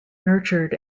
nurtured